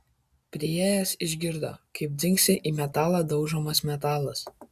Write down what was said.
priėjęs išgirdo kaip dzingsi į metalą daužomas metalas